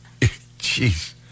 Jeez